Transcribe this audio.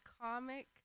comic